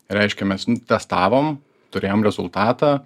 reiškia mes testavom turėjom rezultatą